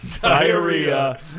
Diarrhea